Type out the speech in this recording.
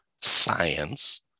Science